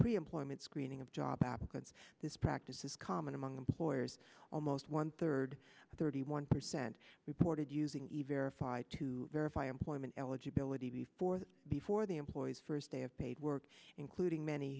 pre employment screening of job applicants this practice is common among employers almost one third thirty one percent reported using even five to verify employment eligibility before the before the employee's first day of paid work including many